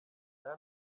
aya